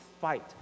fight